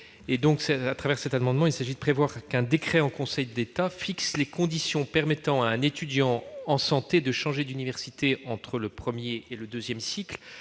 certaines situations. Il tend à prévoir qu'un décret en Conseil d'État fixe les conditions permettant à un étudiant en santé de changer d'université entre le premier et le deuxième cycle,